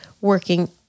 working